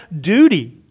duty